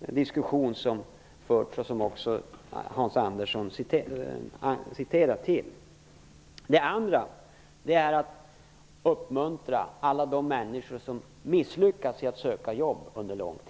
diskussion som förts och som också Hans Andersson refererar till. Det andra är att uppmuntra alla de människor som under lång tid har misslyckats när de sökt jobb.